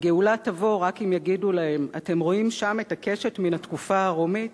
הגאולה תבוא רק אם יגידו להם: אתם רואים שם את הקשת מן התקופה הרומית?